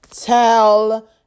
tell